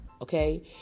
Okay